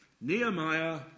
nehemiah